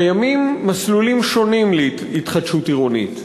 קיימים מסלולים שונים להתחדשות עירונית,